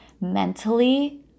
mentally